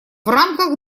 рамках